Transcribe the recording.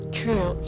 true